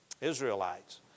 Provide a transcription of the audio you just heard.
Israelites